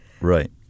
Right